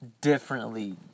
differently